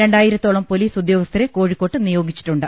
രണ്ടായിരത്തോളം പൊലീസ് ഉദ്യോഗസ്ഥരെ കോഴിക്കോട്ട് നിയോഗിച്ചിട്ടുണ്ട്